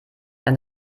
dann